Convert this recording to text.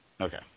Okay